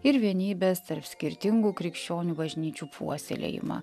ir vienybės tarp skirtingų krikščionių bažnyčių puoselėjimą